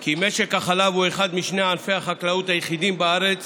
כי משק החלב הוא אחד משני ענפי החקלאות היחידים בארץ